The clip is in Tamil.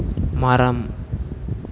மரம்